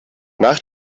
nach